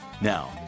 Now